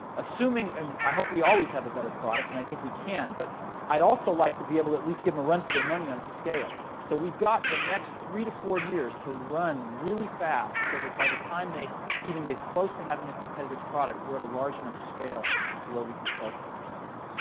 so and i hope we always have a better product, and i think we can. but i'd also like to be able to at least give them a run for their money on scale. so we've got the next three to four years to run really fast, so that by the time they even get close to having a competitive product, we're at a large enough scale to where we can start to compete with them.